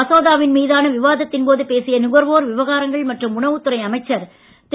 மசோதாவின் மீதான விவாதத்தின் போது பேசிய நுகர்வோர் விவகாரங்கள் மற்றும் உணவுத் துறை அமைச்சர் திரு